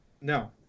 No